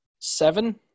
Seven